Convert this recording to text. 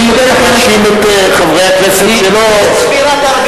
לסיעה יש, חברי כנסת מישראל ביתנו,